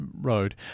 road